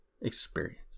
experience